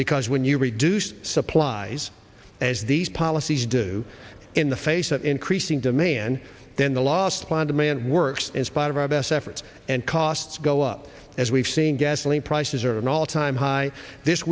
because when you reduce supplies as these policies do in the face of increasing demand then the last plan demand works in spite of our best efforts and costs go up as we've seen gasoline prices are an all time high this